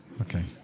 Okay